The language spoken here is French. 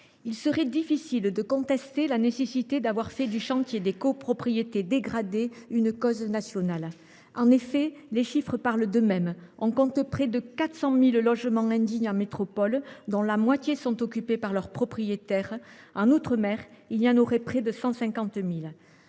il serait difficile de contester la nécessité de faire du chantier des copropriétés dégradées une cause nationale. Les chiffres parlent d’eux mêmes : on compte près de 400 000 logements indignes en métropole – la moitié sont occupés par leur propriétaire – et près de 150 000